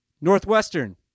Northwestern